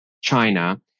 China